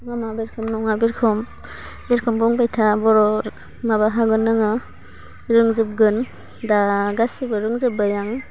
माबा बे रोखोम नङा बे रोखोम बे रोखोम बुंबाय था बर' माबा हागोन नोङो रोंजोबगोन दा गासिबो रोंजोब्बाय आं